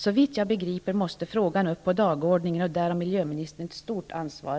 Så vitt jag förstår frågan upp på dagordningen. Där har miljöministern ett stort ansvar.